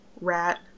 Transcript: rat